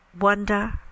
wonder